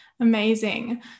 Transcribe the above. Amazing